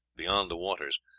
beyond the waters,